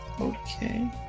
Okay